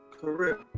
career